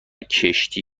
کشتی